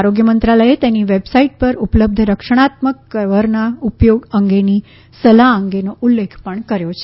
આરોગ્ય મંત્રાલયે તેની વેબસાઇટ પર ઉપલબ્ધ રક્ષણાત્મક કવરના ઉપયોગ અંગેની સલાહ અંગેનો ઉલ્લેખ પણ કર્યો છે